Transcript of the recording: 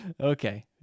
Okay